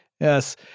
yes